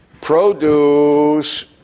produce